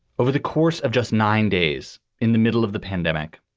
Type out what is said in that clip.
over the course of just nine days in the middle of the pandemic,